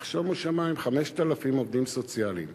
אך שומו שמים, 5,000 עובדים סוציאליים